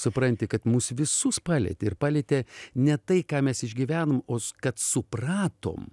supranti kad mus visus palietė ir palietė ne tai ką mes išgyvenom o kad supratom